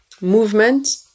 movement